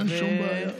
אין שום בעיה.